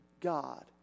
God